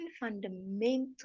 fundamental